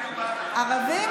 ערבים,